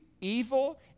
evil